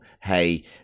hey